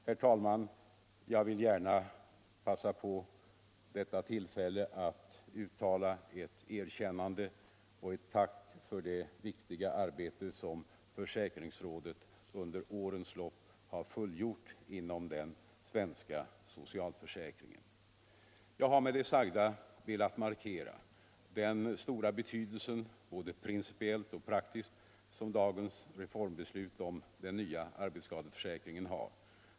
Jag vill, herr talman, gärna passa på detta tillfälle att uttala ett erkännande och ett tack för det viktiga arbete som försäkringsrådet under årens lopp har fullgjort inom den svenska socialförsäkringen. Jag har med det sagda velat markera den stora betydelse både principiellt och praktiskt som dagens reformbeslut om den nya arbetsskadeförsäkringen har.